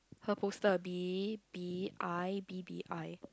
her poster B B I B B I